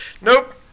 nope